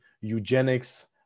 eugenics